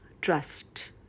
trust